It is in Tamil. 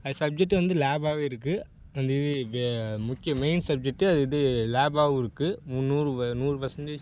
அது சப்ஜெக்ட்டு வந்து லேபாகவே இருக்குது அந்த இது முக்கிய மெயின் சப்ஜெக்ட்டு அது இது லேபாகவும் இருக்குது நூறு நூறு பர்சென்டேஜ்